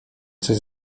coś